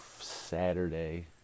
Saturday